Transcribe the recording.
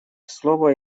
слово